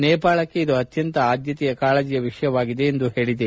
ನೇಪಾಳಕ್ಕೆ ಇದು ಅತ್ಯಂತ ಆದ್ಲತೆಯ ಕಾಳಜಿಯ ವಿಷಯವಾಗಿದೆ ಎಂದು ಹೇಳಿದೆ